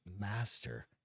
master